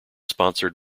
sponsored